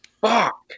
Fuck